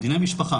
דיני משפחה.